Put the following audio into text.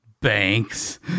banks